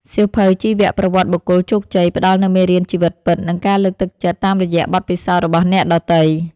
សៀវភៅជីវប្រវត្តិបុគ្គលជោគជ័យ ផ្ដល់នូវមេរៀនជីវិតពិត និងការលើកទឹកចិត្តតាមរយៈបទពិសោធន៍របស់អ្នកដទៃ។